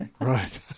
right